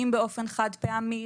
אם באופן חד-פעמי,